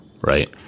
right